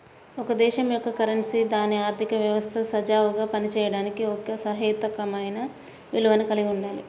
ఒక దేశం యొక్క కరెన్సీ దాని ఆర్థిక వ్యవస్థ సజావుగా పనిచేయడానికి ఒక సహేతుకమైన విలువను కలిగి ఉండాలి